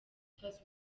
kubyaza